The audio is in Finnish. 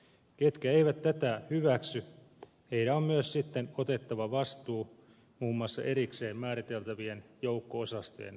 niiden jotka eivät tätä hyväksy on myös sitten otettava vastuu muun muassa erikseen määriteltävien joukko osastojen lakkauttamisesta